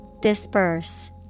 Disperse